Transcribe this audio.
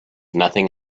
nothing